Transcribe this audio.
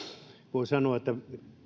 voi sanoa että